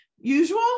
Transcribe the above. usual